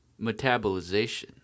Metabolization